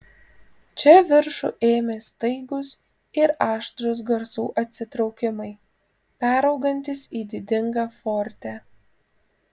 čia viršų ėmė staigūs ir aštrūs garsų atsitraukimai peraugantys į didingą forte